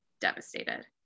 devastated